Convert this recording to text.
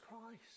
Christ